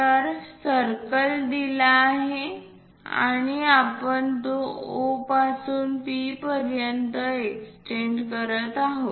तर सर्कल दिला आहे आणि आपण तो O पासून P पर्यंत एक्सटेंड करत आहे